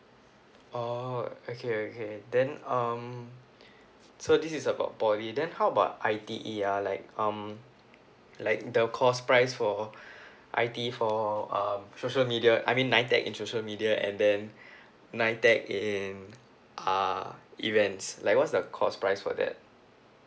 oh okay okay then um so this is about poly then how about I_T_E ah like um like the course price for I_T_E for uh social media I mean N_I_T_E_C in social media and then N_I_T_E_C in uh events like what's the course price for that